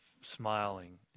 smiling